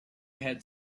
had